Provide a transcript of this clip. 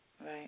right